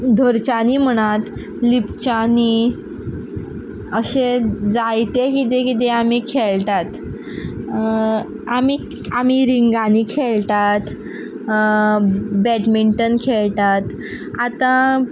धरच्यांनी म्हणात लिपच्यांनी अशें जायते कितें कितें आमी खेळटात आमी आमी रिंंगानी खेळटात बॅडमींटन खेळटात आतां